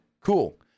cool